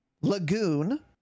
Lagoon